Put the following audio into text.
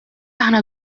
aħna